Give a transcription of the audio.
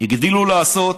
הגדילו לעשות,